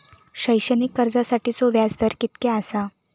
शैक्षणिक कर्जासाठीचो व्याज दर कितक्या आसा?